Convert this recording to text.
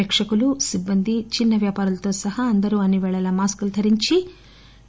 ప్రేక్షకులు సిబ్బంది చిన్న వ్యాపారులు తో సహా అందరూ అన్పి పేళలా మాస్కులు ధరించాలని